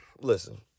Listen